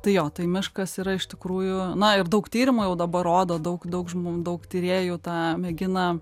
tai jo tai miškas yra iš tikrųjų na ir daug tyrimų jau dabar rodo daug daug žmon daug tyrėjų tą mėgina